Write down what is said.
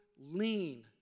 lean